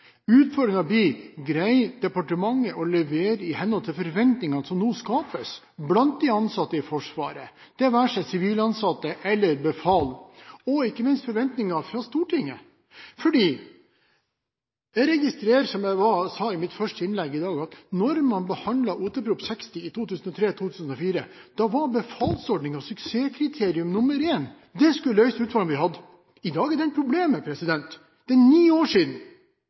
Utfordringen blir: Greier departementet å levere i henhold til forventningene som nå skapes blant de ansatte i Forsvaret, det være seg sivilansatte eller befal, og ikke minst i henhold til forventningene fra Stortinget? Jeg registrerer, som jeg sa i mitt første innlegg i dag, at da man behandlet Ot.prp. nr. 60 for 2003–2004, var befalsordningen suksesskriterium nr. 1. Det skulle løse utfordringene vi hadde hatt. I dag er den problemet. Det er ni år siden.